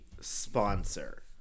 sponsor